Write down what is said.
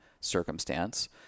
circumstance